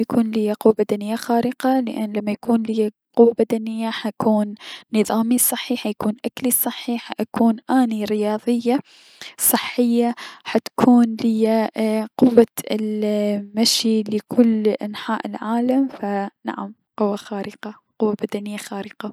انو يكون ليا قوة بدنية خارقة لأن لمن يكون ليا قوة بدنية حيكون نظامي صحي حيكون اكلي صحي حأكون اني رياضية، صحية حتكون ليا قوة المشي لكل انحاء العالم ف نعم قوة خارقة، قوة بدنية خارقة.